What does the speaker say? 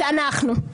אלה אנחנו.